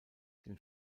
den